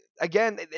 again